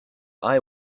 eye